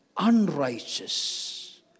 unrighteous